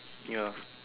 ya